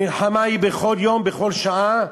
המלחמה היא בכל יום, בכל שעה,